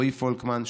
רועי פולקמן,